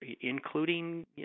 including